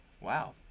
Wow